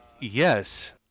Yes